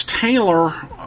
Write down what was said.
Taylor